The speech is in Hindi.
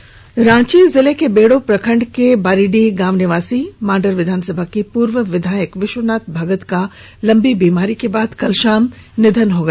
निधन रांची जिले के बेड़ो प्रखंड के बारीडीह गांव निवासी मांडर विधानसभा के पूर्व विधायक विश्वनाथ भगत का लंबी बीमारी के बाद कल शाम निधन हो गया